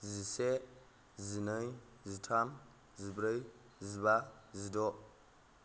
जिसे जिनै जिथाम जिब्रै जिबा जिद'